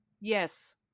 yes